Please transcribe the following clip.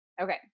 Okay